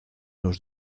los